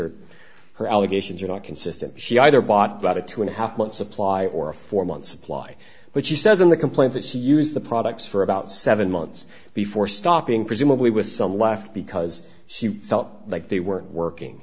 or her allegations are not consistent she either bought but a two and a half months supply or a four month supply but she says in the complaint that she used the products for about seven months before stopping presumably with some left because she felt like they weren't working